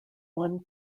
one